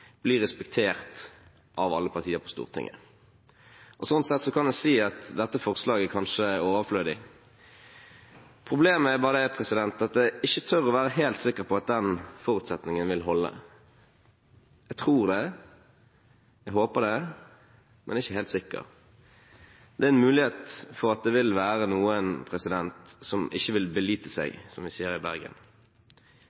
respektert av alle partier på Stortinget. Sånn sett kan man si at dette forslaget kanskje er overflødig. Problemet er bare at jeg ikke tør å være helt sikker på at den forutsetningen vil holde. Jeg tror det, jeg håper det, men jeg er ikke helt sikker. Det er en mulighet for at det vil være noen som ikke vil «belite seg»,